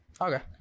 Okay